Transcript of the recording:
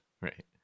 Right